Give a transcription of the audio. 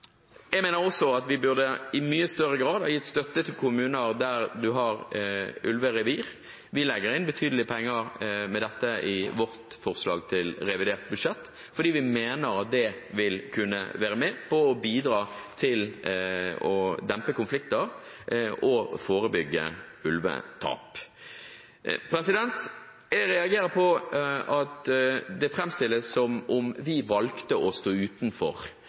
Jeg mener også at vi i mye større grad burde gitt støtte til kommuner der man har ulverevir. Vi legger inn betydelige penger til dette i vårt forslag til revidert budsjett, fordi vi mener at det vil kunne være med på å bidra til å dempe konflikter og forebygge ulvetap. Jeg reagerer på at det framstilles som om vi valgte å stå utenfor